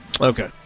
Okay